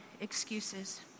excuses